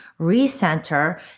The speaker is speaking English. recenter